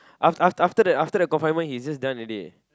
af~ af~ after that after that confinement he's just done already